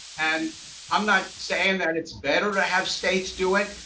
and i'm not saying that it's better to have states do it,